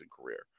career